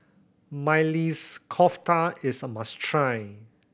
Maili's Kofta is a must try